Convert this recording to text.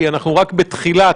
כי אנחנו רק בתחילת